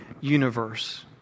universe